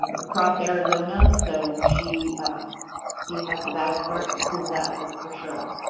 across arizona so she she has the battle scars to prove that, that's for sure.